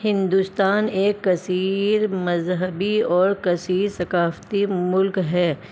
ہندوستان ایک کثیر مذہبی اور کثیر ثکافتی ملک ہے